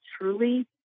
truly